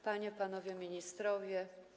Panie i Panowie Ministrowie!